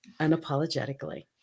unapologetically